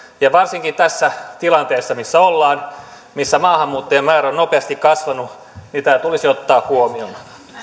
varsinkin tässä tilanteessa missä ollaan missä maahanmuuttajien määrä on nopeasti kasvanut tämä tulisi ottaa huomioon